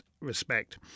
respect